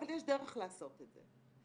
אבל יש דרך לעשות את זה.